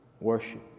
worship